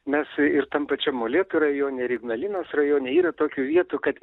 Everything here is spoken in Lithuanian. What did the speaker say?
mes ir tam pačiam molėtų rajone ir ignalinos rajone yra tokių vietų kad